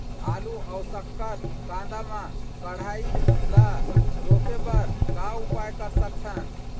आलू अऊ शक्कर कांदा मा कढ़ाई ला रोके बर का उपाय कर सकथन?